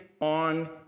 on